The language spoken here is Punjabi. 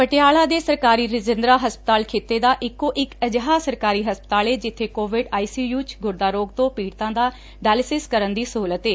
ਪਟਿਆਲਾ ਦੇ ਸਰਕਾਰੀ ਰਜਿੰਦਰਾ ਹਸਪਤਾਲ ਖਿੱਤੇ ਦਾ ਇੱਕੋ ਇਕ ਅਜਿਹਾ ਸਰਕਾਰੀ ਹਸਪਤਾਲ ਏ ਜਿੱਬੇ ਕੋਵਿਡ ਆਈ ਸੀ ਯੁ 'ਚ ਗੁਰਦਾ ਰੋਗ ਤੋ' ਪੀੜਤਾਂ ਦਾ ਡਾਇਲਸਿਸ ਕਰਨ ਦੀ ਸਹੁਲਤ ਏ